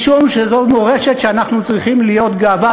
משום שזאת מורשת שאנחנו צריכים להיות גאים בה,